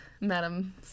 Madam